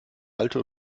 alte